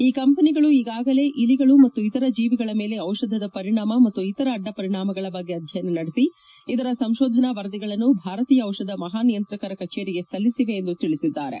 ಈ ಕಂಪನಿಗಳು ಈಗಾಗಲೇ ಇಲಿಗಳು ಮತ್ತು ಇತರ ಜೀವಿಗಳ ಮೇಲೆ ದಿಷಧದ ಪರಿಣಾಮ ಮತ್ತು ಇತರ ಅಧ್ಯಪರಿಣಾಮಗಳ ಬಗ್ಗೆ ಅಧ್ಯಯನ ನಡೆಸಿ ಇದರ ಸಂಶೋಧನೆ ವರದಿಗಳನ್ನು ಭಾರತೀಯ ಔಷಧ ಮಹಾ ನಿಯಂತ್ರಕರ ಕಜೇರಿಗೆ ಸಲ್ಲಿಸಿವೆ ಎಂದು ತಿಳಿಸಿದ್ದಾರೆ